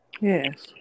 Yes